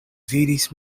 vidis